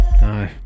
No